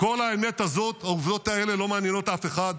כל האמת הזאת, העובדות האלה לא מעניינות אף אחד.